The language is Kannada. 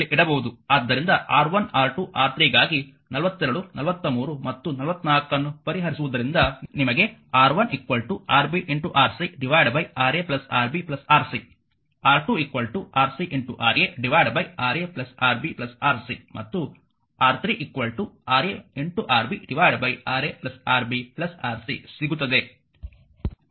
ಆದ್ದರಿಂದ R1R2 R3 ಗಾಗಿ 42 43 ಮತ್ತು 44 ಅನ್ನು ಪರಿಹರಿಸುವುದರಿಂದ ನಿಮಗೆ R1 Rb Rc Ra Rb Rc R2 Rc Ra Ra Rb Rc ಮತ್ತು R3 Ra Rb Ra Rb Rc ಸಿಗುತ್ತದೆ